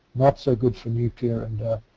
not so good for nuclear and,